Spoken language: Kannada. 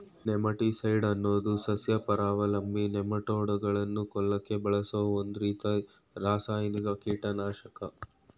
ನೆಮಟಿಸೈಡ್ ಅನ್ನೋದು ಸಸ್ಯಪರಾವಲಂಬಿ ನೆಮಟೋಡ್ಗಳನ್ನ ಕೊಲ್ಲಕೆ ಬಳಸೋ ಒಂದ್ರೀತಿ ರಾಸಾಯನಿಕ ಕೀಟನಾಶಕ